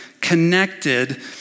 connected